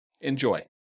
Enjoy